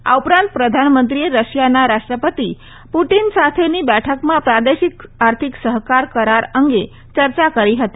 આ ઉપરાંત પ્રધાનમંત્રીએ રશિયાના રાષ્ટ્રપતિ પુટીન સાથેની બેઠકમાં પ્રાદેશિક આર્થિક સહકાર કરાર અંગે યર્યા કરી હતી